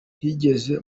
ntigeze